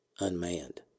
unmanned